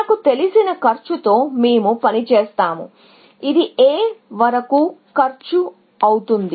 మనకు తెలిసిన కాస్ట్తో మేము పని చేస్తాము ఇది A వరకు కాస్ట్ అవుతుంది